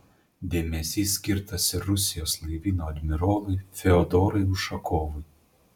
dėmesys skirtas ir rusijos laivyno admirolui fiodorui ušakovui